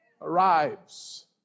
arrives